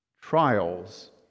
trials